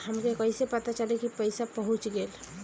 हमके कईसे पता चली कि पैसा पहुच गेल?